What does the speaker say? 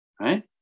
right